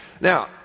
Now